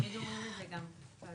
שאלתי שאלה מה הצפי לרכישה?